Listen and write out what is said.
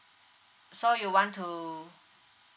so you want to